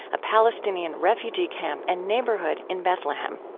a palestinian refugee camp and neighborhood in bethlehem.